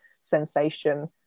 sensation